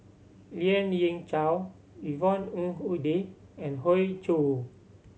Lien Ying Chow Yvonne Ng Uhde and Hoey Choo